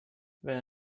wenn